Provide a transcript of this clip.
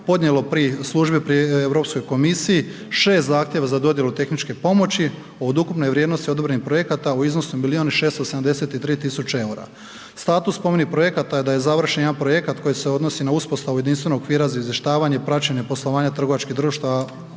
podnijelo pri službi pri EU komisiji 6 zahtjeva za dodjelu tehničke pomoći od ukupne vrijednosti odobrenih projekata u iznosu od milijun i 673 tisuće eura. Status spomenutih projekata je da je završen jedan projekat koji se odnosi na uspostavu jedinstvenog okvira za izvještavanja i praćenje poslovanja trgovačkih društava